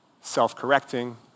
self-correcting